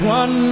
one